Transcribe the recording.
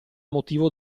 motivo